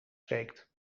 steekt